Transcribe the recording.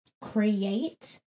create